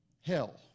hell